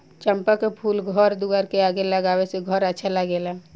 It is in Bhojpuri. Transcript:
चंपा के फूल घर दुआर के आगे लगावे से घर अच्छा लागेला